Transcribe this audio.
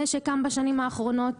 שקם בשנים האחרונות